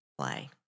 play